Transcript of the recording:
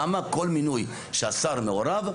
למה כל מינוי שהשר מעורב,